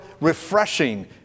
refreshing